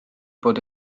bod